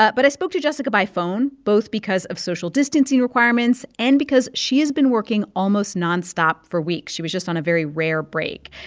but but i spoke to jessica by phone both because of social distancing requirements and because she has been working almost nonstop for weeks. she was just on a very rare break,